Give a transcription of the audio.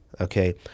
Okay